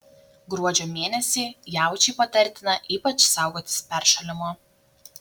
gruodžio mėnesį jaučiui patartina ypač saugotis peršalimo